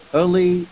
early